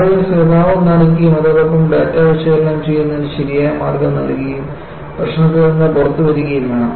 ആളുകൾ സഹതാപം കാണിക്കുകയും അതോടൊപ്പം ഡാറ്റ വിശകലനം ചെയ്യുന്നതിന് ശരിയായ മാർഗം നൽകുകയും പ്രശ്നത്തിൽ നിന്ന് പുറത്തുവരുകയും വേണം